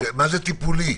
מה זה "טיפולי"?